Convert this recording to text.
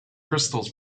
crystals